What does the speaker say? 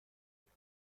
تکیه